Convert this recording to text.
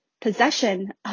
possession